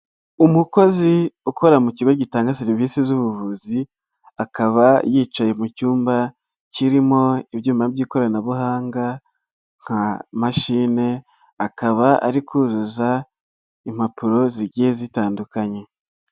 Umukozi ukora mu kigo gitanga serivisi z'ubuvuzi, akaba yicaye mu cyumba kirimo ibyuma by'ikoranabuhanga nka mashine, akaba ari kuzuza impapuro zigiye zitandukanye.